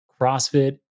CrossFit